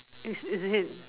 is is it